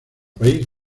país